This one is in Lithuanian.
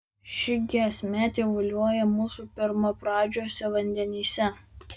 ši giesmė tyvuliuoja mūsų pirmapradžiuose vandenyse